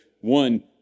one